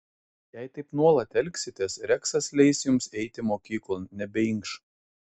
jei taip nuolat elgsitės reksas leis jums eiti mokyklon nebeinkš